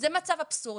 זה מצב אבסורד.